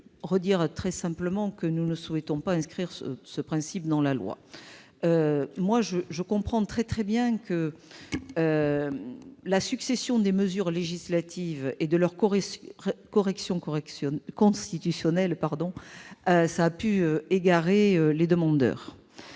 je le redis, nous ne souhaitons pas inscrire ce principe dans la loi. Je comprends très bien que la succession de mesures législatives et de corrections constitutionnelles ait pu égarer les demandeurs,